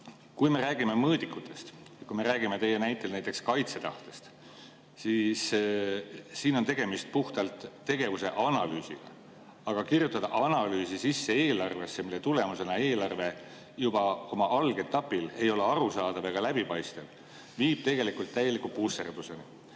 me räägime mõõdikutest, kui me räägime teie näitel näiteks kaitsetahtest, siis siin on tegemist puhtalt tegevuse analüüsiga. Aga kirjutada analüüsi sisse eelarvesse, mille tulemusena eelarve juba oma algetapil ei ole arusaadav ega läbipaistev, viib tegelikult täieliku pusserduseni.